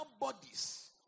bodies